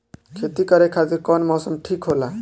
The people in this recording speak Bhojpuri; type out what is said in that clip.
खेती करे खातिर कौन मौसम ठीक होला?